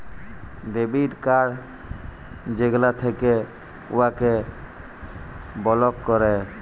debit card যেগলা থ্যাকে উয়াকে বলক ক্যরে